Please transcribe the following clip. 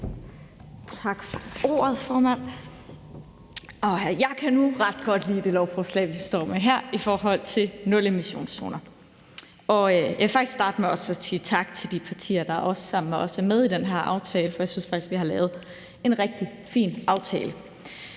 Tak for ordet, formand. Jeg kan nu ret godt lide det lovforslag, vi står med her, i forhold til nulemissionszoner. Jeg vil faktisk starte med også at sige tak til de partier, der sammen med os også er med i den her aftale, for jeg synes faktisk, vi har lavet en rigtig fin aftale.